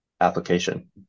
application